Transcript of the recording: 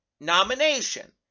nomination